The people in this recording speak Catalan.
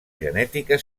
genètica